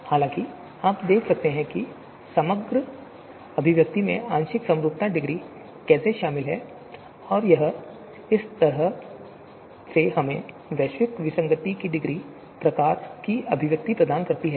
हालाँकि आप देख सकते हैं कि समग्र अभिव्यक्ति में आंशिक समरूपता डिग्री कैसे शामिल है और यह एक तरह से हमें वैश्विक विसंगति की डिग्री प्रकार की अभिव्यक्ति प्रदान करती है